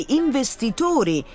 investitori